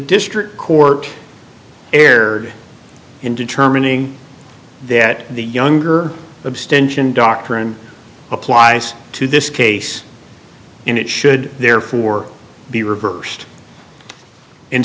district court erred in determining that the younger abstention doctrine applies to this case and it should therefore be reversed in